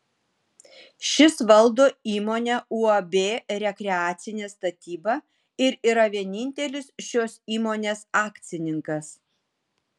šis valdo įmonę uab rekreacinė statyba ir yra vienintelis šios įmonės akcininkas